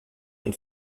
und